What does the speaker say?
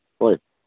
ꯍꯣꯏ